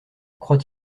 croit